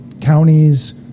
counties